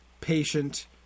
patient